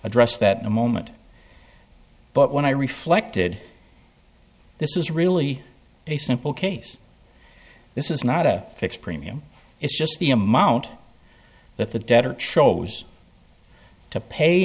address that in a moment but when i reflected this is really a simple case this is not a fix premium it's just the amount that the debtor chose to pay